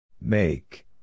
Make